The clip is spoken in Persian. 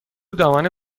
دامنه